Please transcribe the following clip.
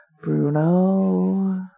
Bruno